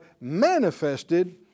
manifested